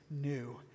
new